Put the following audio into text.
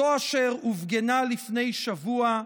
זו אשר הופגנה לפני שבוע,